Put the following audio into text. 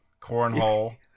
cornhole